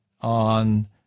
on